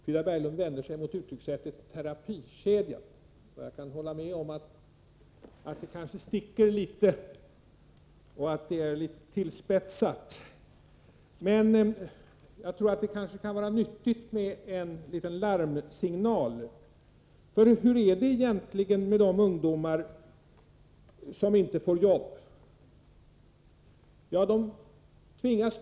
Frida Berglund vänder sig mot uttrycket ”terapikedja”, och jag kan hålla med om att det kanske är litet tillspetsat. Men jag tror att det kan vara nyttigt med en larmsignal, för hur är det egentligen med de ungdomar som inte får jobb?